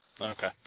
Okay